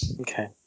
Okay